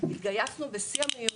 התגייסנו בשיא המהירות,